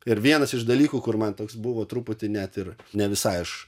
ir vienas iš dalykų kur man toks buvo truputį net ir ne visai aš